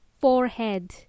forehead